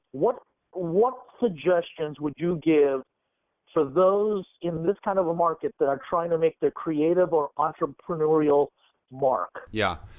what what suggestions would you give for those in this kind of a market that are trying to make the creative or entrepreneurial mark? yeah,